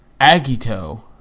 Agito